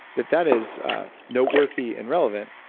that that is noteworthy and relevant.